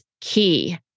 key